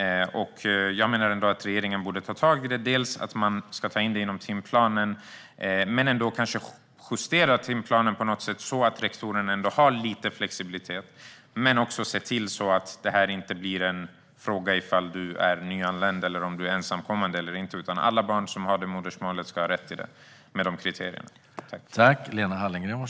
Jag menar att regeringen borde ta tag i detta och ta in det i timplanen. Man kanske kan justera timplanen på något sätt, så att rektorn har lite flexibilitet. Men det ska inte vara en fråga om huruvida en person är nyanländ, ensamkommande eller något annat, utan det gäller att se till att alla barn som har ett visst modersmål har rätt till undervisning enligt samma kriterier.